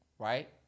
Right